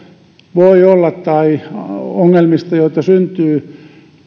tai ongelmista joita syntyy